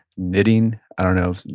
knitting. i don't know,